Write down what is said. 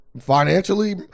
Financially